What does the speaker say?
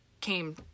came